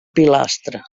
pilastra